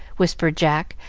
whispered jack,